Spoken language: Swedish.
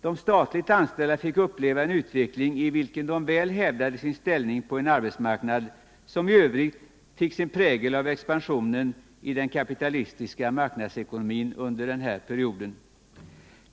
De statligt anställda fick uppleva en utveckling, i vilken de väl hävdade sin ställning på en arbetsmarknad som i övrigt fick sin prägel av expansionen i den kapitalistiska marknadsekonomin under den här perioden.